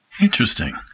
Interesting